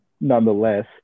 Nonetheless